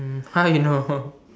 um how you know